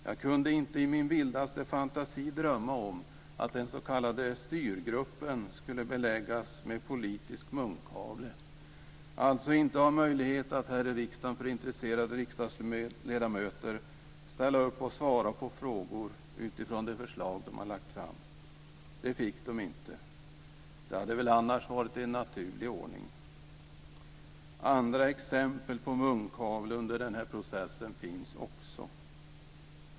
Jag kunde inte i min vildaste fantasi drömma om att den s.k. styrgruppen skulle beläggas med politisk munkavle, alltså inte ha möjlighet att här i riksdagen för intresserade riksdagsledamöter ställa upp och svara på frågor utifrån det förslag som den har lagt fram. Det fick man inte. Det hade väl annars varit en naturlig ordning. Andra exempel på munkavle under den här processen finns också.